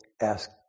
ask